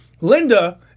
Linda